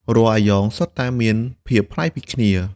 រាល់អាយ៉ងសុទ្ធតែមានភាពប្លែកពីគ្នា។